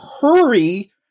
hurry